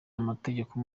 amategeko